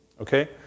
Okay